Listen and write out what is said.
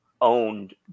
owned